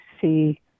see